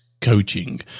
coaching